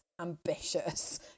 ambitious